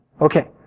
okay